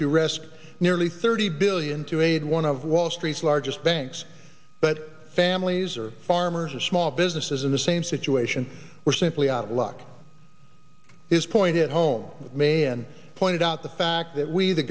to wrest nearly thirty billion to aid one of wall street's largest banks but families or farmers or small businesses in the same situation were simply out of luck his point at home man pointed out the fact that we the